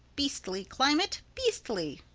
beastly climate beastly!